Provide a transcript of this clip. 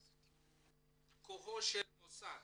"כוחו של מוסד